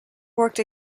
worked